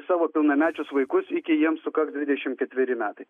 savo pilnamečius vaikus iki jiems sukaks dvidešimt ketveri metai